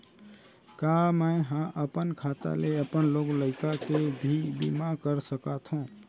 का मैं ह अपन खाता ले अपन लोग लइका के भी बीमा कर सकत हो